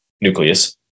nucleus